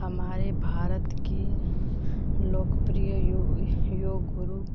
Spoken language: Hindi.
हमारे भारत के लोकप्रिय यो योग गुरु